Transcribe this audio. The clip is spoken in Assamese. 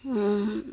অ